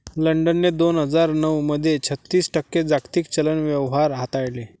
लंडनने दोन हजार नऊ मध्ये छत्तीस टक्के जागतिक चलन व्यवहार हाताळले